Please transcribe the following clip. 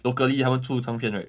locally 他们出唱片 right